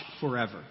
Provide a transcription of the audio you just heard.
forever